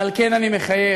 ועל כן אני מחייך.